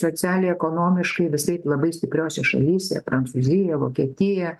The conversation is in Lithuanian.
socialiai ekonomiškai visaip labai stipriose šalyse prancūzija vokietija